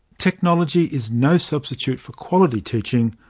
technology is no substitute for quality teaching,